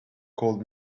cold